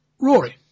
Rory